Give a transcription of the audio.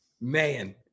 man